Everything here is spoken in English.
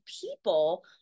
people